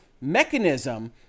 mechanism